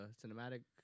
cinematic